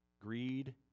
greed